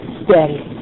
steady